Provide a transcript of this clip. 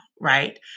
right